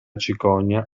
cicogna